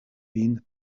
vin